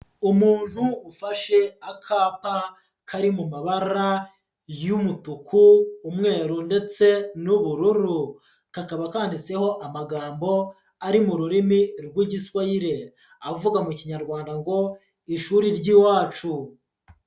Umuntu ufashe akapa kari mu mabara y'umutuku, umweru ndetse n'ubururu, kakaba kanditseho amagambo ari mu rurimi rw'Igiswayire, avuga mu Kinyarwanda ngo ishuri ry'iwacu.